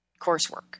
coursework